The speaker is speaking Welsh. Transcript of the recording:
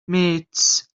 mêts